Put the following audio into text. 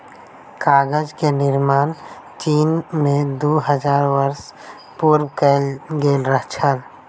कागज के निर्माण चीन में दू हजार वर्ष पूर्व कएल गेल छल